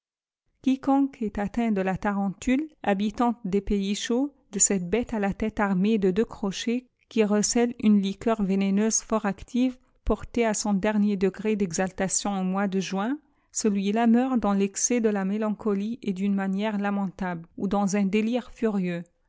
quiconque est atteint de la tarentule habitante des pays chauds de cette béte à la tête armée de deux crochets qui recèlent une liqueur vénéneuse fort active portée à son dernier degré d'exaltation au mois de juin celui-là meurt dans l'excès de la mélancolie et d'une manière lamentable ou dans un délire furieux